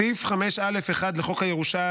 סעיף 5(א)(1) לחוק הירושה,